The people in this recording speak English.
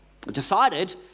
decided